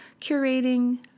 curating